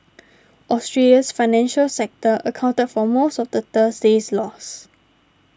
Australia's financial sector accounted for most of the Thursday's loss